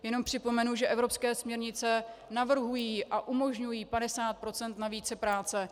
Jenom připomenu, že evropské směrnice navrhují a umožňují 50 % na vícepráce.